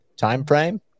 timeframe